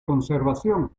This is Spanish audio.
conservación